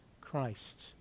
Christ